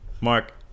Mark